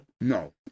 No